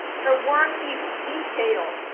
her work is detailed,